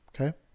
Okay